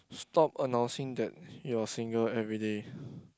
stop announcing that you are single everyday